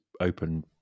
open